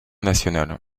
national